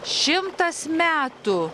šimtas metų